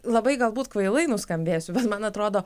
labai gal būt kvailai nuskambės bet man atrodo